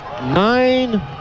nine